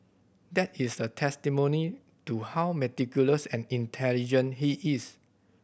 that is a testimony to how meticulous and intelligent he is